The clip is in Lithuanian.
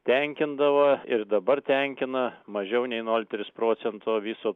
tenkindavo ir dabar tenkina mažiau nei nol tris procento viso